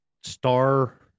star